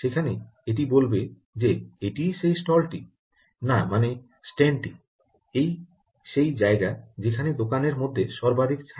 সেখানে এটি বলবে যে এটিই সেই স্টলটি না মানে স্ট্যান্ডটি এটিই সেই জায়গা যেখানে দোকানের মধ্যে সর্বাধিক ছাড় রয়েছে